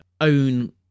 own